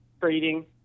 trading